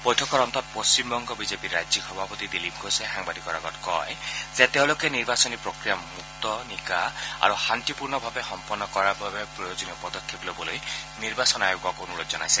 বৈঠকৰ অন্তত পশ্চিমবংগ বিজেপিৰ ৰাজ্যিক সভাপতি দিলীপ ঘোষে সাংবাদিকৰ আগত কয় যে তেওঁলোকে নিৰ্বাচনী প্ৰক্ৰিয়া মুক্ত নিকা আৰু শান্তিপূৰ্ণ ভাৱে সম্পন্ন কৰাৰ বাবে প্ৰয়োজনীয় পদক্ষেপ ল'বলৈ নিৰ্বাচন আয়োগক অনুৰোধ জনাইছে